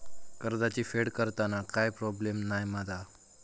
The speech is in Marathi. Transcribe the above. कर्जाची फेड करताना काय प्रोब्लेम नाय मा जा?